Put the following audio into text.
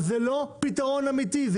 זה לא נותן פתרון אמיתי לצעירים לאורך זמן.